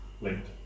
linked